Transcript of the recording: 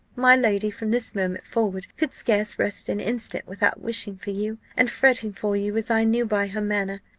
my lady from this moment forward could scarce rest an instant without wishing for you, and fretting for you as i knew by her manner.